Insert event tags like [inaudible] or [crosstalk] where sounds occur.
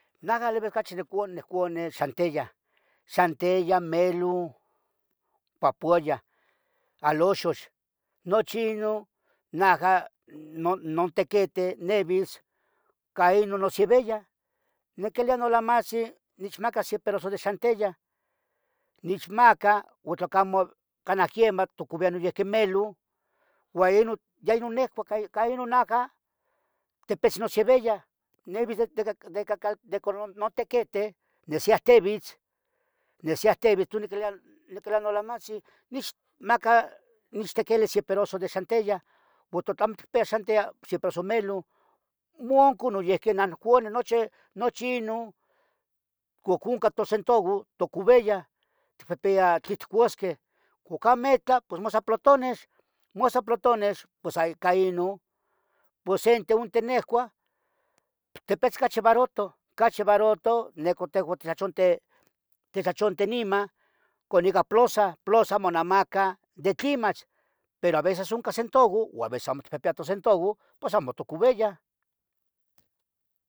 Najah live cachi niccoua, nehcoua nen xantiyah, xantiyah, melun, papuayah, aloxox, nochi inun, najah no, nontequite nevis, ca inun. nochi viya, nequilia nolamatzin, nichmaca se perazo de xantiyah, nichmaca o tlacamo canah quiemah tocoviyah noyihqui melun, ua inun, ya inun nehcua. ca, ca inun najah tepichen nochi viya Nevitz de, de ca, cacal, de con no, notequete nesiahtevitz, nesiahtevitz. tus nequilia, nequilia nolamatzin nichmaca, nechtequili, se perazo de. xantiyah, o tlocamo ticpiya xantiyah se perazo melun. [unintelligible] nuyihqui nun cuani nuche, nochi inun, cu cunca tu centavo, tocoviyah. tpiayah tlen couasqueh, cuc ametla, pos mas sa plotones, mos tla. plotones, pos sa ica inun, pos sente unte nehcua, tepetz cachi. barotoh, cachi barotoh neco tehoun tlachonte, titlachonti niman. con ico plosah, plosah monamaca de tli mach, pero aveces unca. centavo o aveces amo tipiyah tocentavo, pos amo tocoveyah